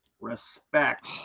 Respect